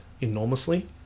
enormously